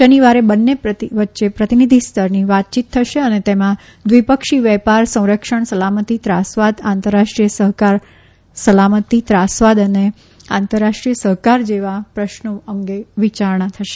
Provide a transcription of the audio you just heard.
શનિવારે બંને વચ્ચે પ્રતિનિધિસ્તરની વાતચીત થશે અને તેમાં દ્વિપક્ષી વેપાર સંરક્ષણ સલામતિ ત્રાસવાદ આંતરરાષ્ટ્રીય સહકાર સલામતિ ત્રાસવાદ અને આંતરરાષ્ટ્રિય સહકાર જેવા પ્રશ્નો અંગે વિચારણા કરાશે